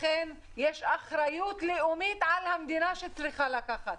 לכן יש אחריות לאומית שהמדינה צריכה לקחת.